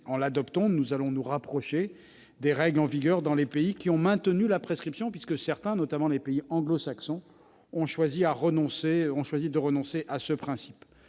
En l'adoptant, nous allons nous rapprocher des règles en vigueur dans les pays qui ont maintenu la prescription, puisque certains, notamment les pays anglo-saxons, ont choisi de renoncer à ce principe.